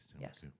Yes